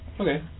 Okay